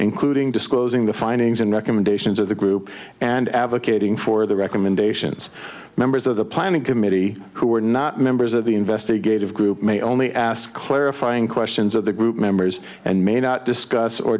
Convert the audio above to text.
including disclosing the findings and recommendations of the group and advocating for the recommendations members of the planning committee who are not members of the investigative group may only ask clarifying questions of the group members and may not discuss or